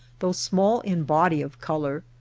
though small in body of color,